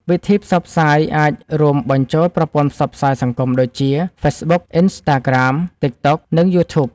វិធីផ្សព្វផ្សាយអាចរួមបញ្ចូលប្រព័ន្ធផ្សព្វផ្សាយសង្គម ដូចជា ហ្វេសប៊ុក អុិនស្តារក្រាម ទីកតុក និងយូធូប